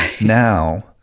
now